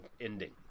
ending